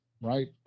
right